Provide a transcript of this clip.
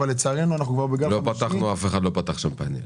אף אחד לא פתח שמפניה,